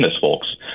folks